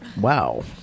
Wow